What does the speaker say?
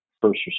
First